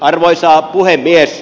arvoisa puhemies